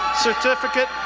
certificate,